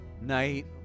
night